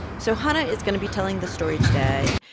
so hanna is going to be telling the story today.